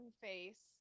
face